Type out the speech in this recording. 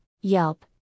Yelp